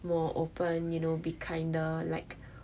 more open you know be kinder like